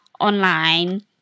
online